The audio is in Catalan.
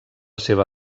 seva